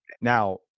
now